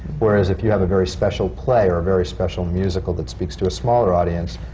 whereas, if you have a very special play or a very special musical that speaks to a smaller audience,